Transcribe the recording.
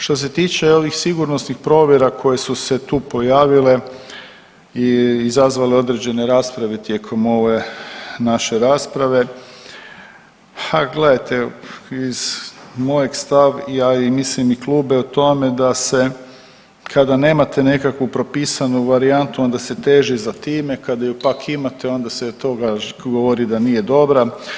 Što se tiče ovih sigurnosnih provjera koje su se tu pojavile i izazvale određene rasprave tijekom ove naše rasprave, ha gledajte iz mojeg stav, a i mislim i kluba o tome da se kada nemate nekakvu propisanu varijantu onda se teži za time, kada ju pak imate onda se govori da nije dobra.